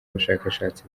abashakashatsi